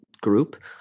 Group